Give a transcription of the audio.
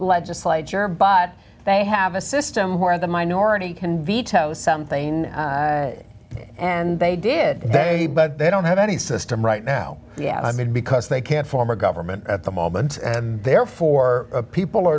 legislature but they have a system where the minority can veto something and they did but they don't have any system right now yeah i mean because they can't form a government at the moment therefore people